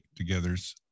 togethers